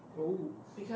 oh